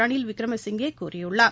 ரணில்விக்ரமசிங்கே கூறியுள்ளார்